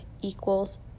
equals